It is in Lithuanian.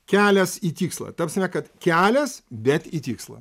kelias į tikslą ta prasme kad kelias bet į tikslą